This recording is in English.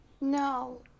no